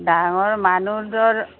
ডাঙৰ মানুহ তোৰ